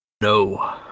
No